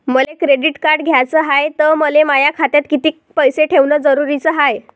मले credit card घ्याचं हाय, त मले माया खात्यात कितीक पैसे ठेवणं जरुरीच हाय?